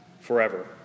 forever